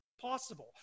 possible